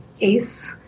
ace